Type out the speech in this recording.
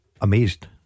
Amazed